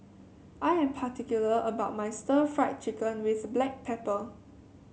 I am particular about my Stir Fried Chicken with Black Pepper